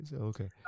Okay